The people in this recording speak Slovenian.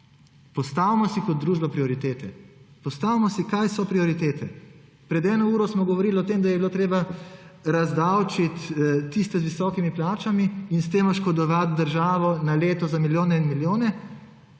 postavimo prioritete. Postavimo si, kaj so prioritete. Pred eno uro smo govorili o tem, da bi bilo treba razdavčiti tiste z visokimi plačami in s tem oškodovati državo na leto za milijone in milijone,